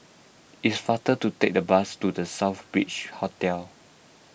it's faster to take the bus to the Southbridge Hotel